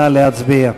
נא להצביע.